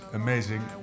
amazing